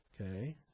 Okay